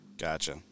gotcha